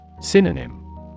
Synonym